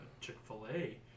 Chick-fil-A